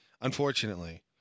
unfortunately